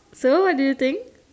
sir what do you think